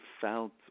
felt